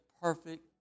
perfect